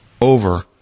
Over